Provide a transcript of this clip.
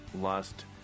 lust